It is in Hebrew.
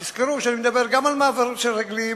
תזכרו שאני מדבר גם על מעברים של רגליים,